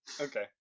Okay